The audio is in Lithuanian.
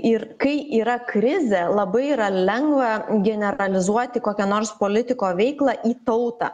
ir kai yra krizė labai yra lengva generalizuoti kokią nors politiko veiklą į tautą